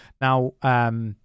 now